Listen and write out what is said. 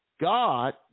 God